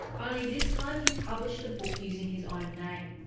only this time he published the book using his own name.